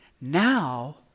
now